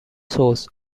source